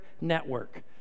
Network